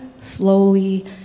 slowly